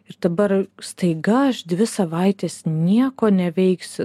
ir dabar staiga aš dvi savaites nieko neveiksiu